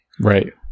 Right